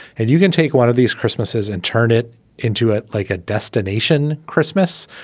and you can take one of these christmases and turn it into it like a destination christmas,